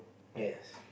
yes